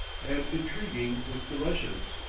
and intriguing with the russians.